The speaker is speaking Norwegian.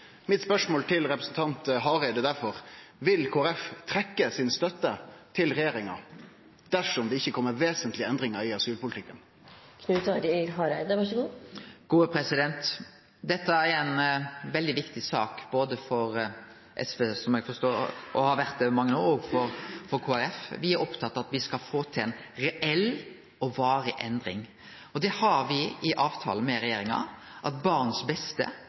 Mitt spørsmål til representanten Hareide er derfor: Vil Kristeleg Folkeparti trekkje støtta si til regjeringa dersom det ikkje kjem vesentlege endringar i asylpolitikken? Dette er ei veldig viktig sak for SV, som eg forstår, og har vore det i mange år òg for Kristeleg Folkeparti. Me er opptatte av at me skal få til ei reell og varig endring. Me har i avtalen med regjeringa at barns beste